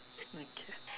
okay